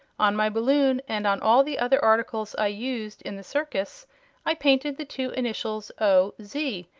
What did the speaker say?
on my balloon and on all the other articles i used in the circus i painted the two initials o. z,